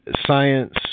science